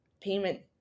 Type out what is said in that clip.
payment